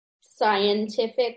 scientific